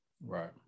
Right